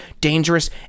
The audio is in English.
dangerous